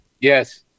Yes